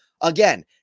Again